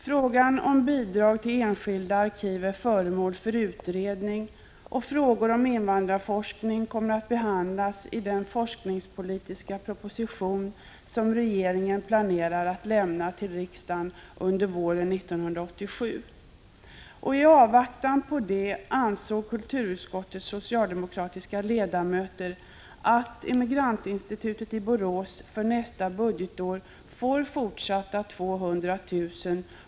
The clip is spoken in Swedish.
Frågan om bidrag till enskilda arkiv är föremål för utredning, och frågor om invandrarforskning kommer att behandlas i den forskningspolitiska proposition som regeringen planerar att lämna till riksdagen under våren 1987. I avvaktan på denna proposition ansåg kulturutskottets socialdemokratiska ledamöter att Immigrantinstitutet i Borås även för nästa budgetår skall få 200 000 kr.